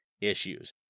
issues